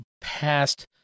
past